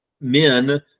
men